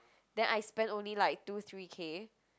then I spent only like two three-K